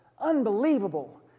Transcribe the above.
unbelievable